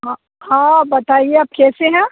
हाँ हाँ बताइए आप कैसे हैं